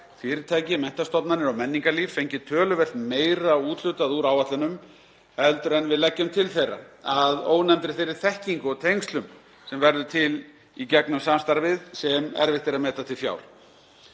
fyrirtæki, menntastofnanir og menningarlíf fengið töluvert meira úthlutað úr áætlunum heldur en við leggjum til þeirra að ónefndri þeirri þekkingu og tengslum sem verða til í gegnum samstarfið sem erfitt er að meta til fjár.